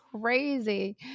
crazy